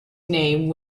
name